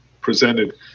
presented